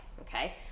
okay